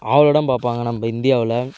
ஆவலுடன் பார்ப்பாங்க நம்ம இந்தியாவில்